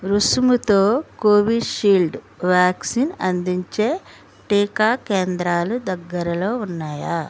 రుసుముతో Covishield vaccine అందించే టీకా కేంద్రాలు దగ్గరలో ఉన్నాయా